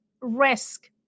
risk